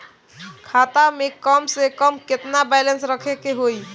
खाता में कम से कम केतना बैलेंस रखे के होईं?